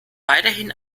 weiterhin